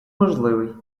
важливий